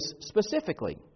specifically